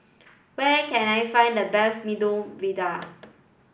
where I can I find the best Medu Vada